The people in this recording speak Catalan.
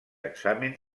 examen